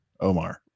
Omar